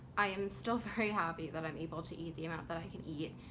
i am still very happy that i'm able to eat the amount that i can eat.